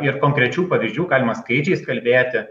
ir konkrečių pavyzdžių galima skaičiais kalbėti